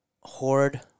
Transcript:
Horde